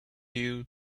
due